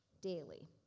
daily